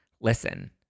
listen